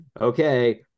okay